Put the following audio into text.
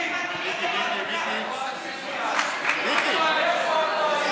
אנחנו יכולים לעבור להצבעה.